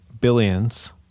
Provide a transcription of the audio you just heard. billions